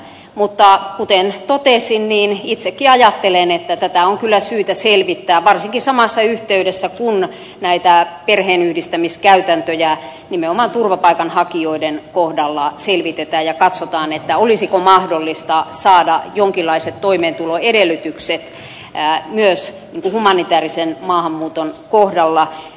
mutta kuten totesin itsekin ajattelen että tätä on kyllä syytä selvittää varsinkin samassa yhteydessä kun näitä perheenyhdistämiskäytäntöjä nimenomaan turvapaikanhakijoiden kohdalla selvitetään ja katsotaan olisiko mahdollista saada jonkinlaiset toimeentuloedellytykset myös humanitäärisen maahanmuuton kohdalla